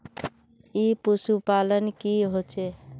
ई पशुपालन की होचे?